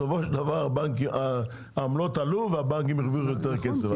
בסופו של דבר העמלות עלו והבנקים הרוויחו יותר כסף.